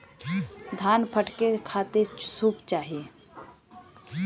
धान फटके खातिर सूप चाही